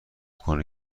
کنه